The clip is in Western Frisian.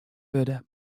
wurde